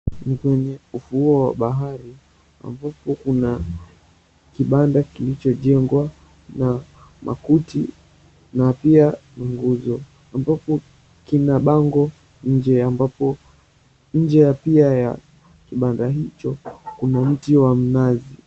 Ni kwenye ufuo wa bahari ambapo kuna kibanda kilichojengwa na makuti na pia nguzo ambapo kina bango nje ambapo nje ya pia ya kibanda hicho, kuna mti wa mnazi.